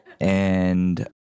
and-